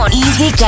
Easy